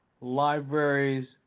libraries